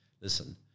listen